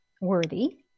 worthy